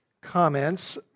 comments